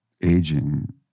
aging